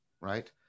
right